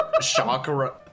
Chakra